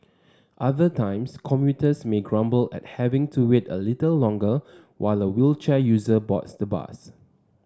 other times commuters may grumble at having to wait a little longer while a wheelchair user boards the bus